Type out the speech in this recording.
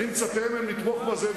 אני מצפה מהם לתמוך בזה,